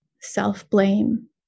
self-blame